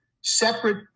separate